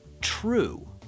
true